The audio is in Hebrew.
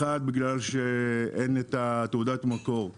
אחת, בגלל שאין את תעודת המקור.